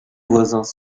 voisins